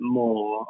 more